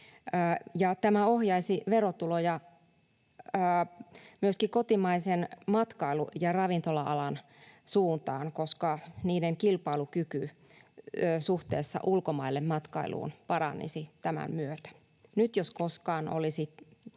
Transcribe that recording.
ohjaisi verotuloja kotimaisen matkailu- ja ravintola-alan suuntaan, koska sen kilpailukyky suhteessa ulkomaille matkailuun paranisi tämän myötä. Nyt jos koskaan olisi